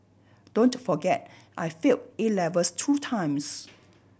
don't forget I failed A levels two times